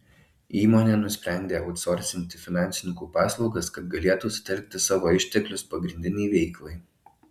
įmonė nusprendė autsorsinti finansininkų paslaugas kad galėtų sutelkti savo išteklius pagrindinei veiklai